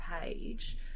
page